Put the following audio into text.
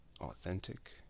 authentic